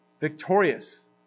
victorious